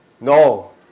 No